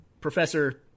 Professor